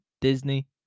Disney